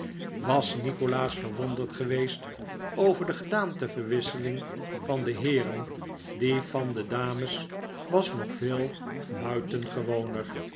was nikolaas verwonderd geweest over de gedaanteverwisseling van de heeren die van de dames was nog veel buitengewoner